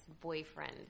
boyfriend